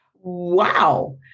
Wow